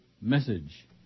message